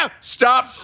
Stop